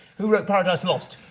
who wrote paradise lost?